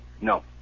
No